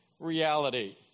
reality